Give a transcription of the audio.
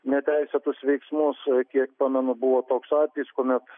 neteisėtus veiksmus kiek pamenu buvo toks atvejis kuomet